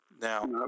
Now –